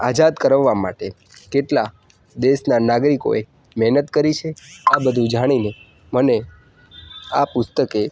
આઝાદ કરવા માટે કેટલા દેશના નાગરિકોએ મહેનત કરી છે આ બધું જાણીને મને આ પુસ્તકે